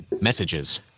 messages